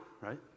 right